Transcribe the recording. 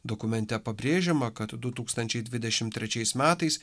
dokumente pabrėžiama kad du tūkstančiai dvidešim trečiais metais